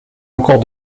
encore